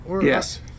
Yes